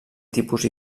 tipus